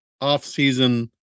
off-season